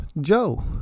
joe